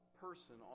person